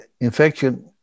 infection